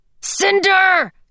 Cinder